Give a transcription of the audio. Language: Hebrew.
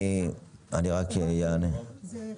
של כל